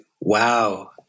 Wow